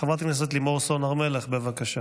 חברת הכנסת לימור סון הר מלך, בבקשה.